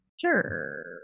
Sure